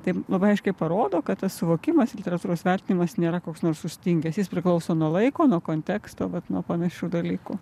tai labai aiškiai parodo kad tas suvokimas ir literatūros vertinimas nėra koks nors sustingęs jis priklauso nuo laiko nuo konteksto vat nuo panašių dalykų